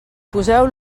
poseu